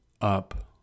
up